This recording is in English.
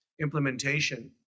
implementation